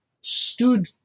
stood